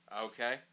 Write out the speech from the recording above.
okay